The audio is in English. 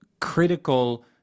critical